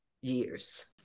years